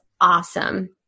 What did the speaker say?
awesome